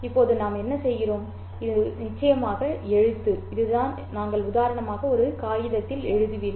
இப்போது நாம் என்ன செய்கிறோம் இது நிச்சயமாக கடிதம் இதுதான் நீங்கள் உதாரணமாக ஒரு காகிதத்தில் எழுதுவீர்கள்